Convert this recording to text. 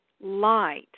light